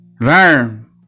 Learn